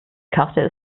karte